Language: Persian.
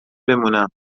بمونم